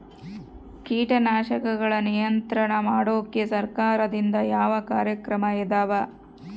ಕೇಟನಾಶಕಗಳ ನಿಯಂತ್ರಣ ಮಾಡೋಕೆ ಸರಕಾರದಿಂದ ಯಾವ ಕಾರ್ಯಕ್ರಮ ಇದಾವ?